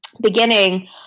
beginning